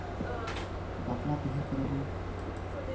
ᱵᱟᱯᱞᱟ ᱵᱤᱦᱟᱹ ᱠᱚᱨᱮ ᱦᱚᱸ